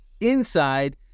Inside